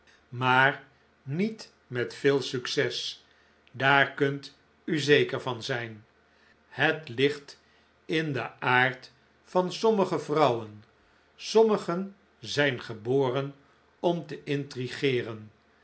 maar niet met veel succes daar kunt u zeker van zijn het ligt in den aard van sommige vrouwen sommigen zijn geboren om te intrigeeren